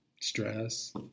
stress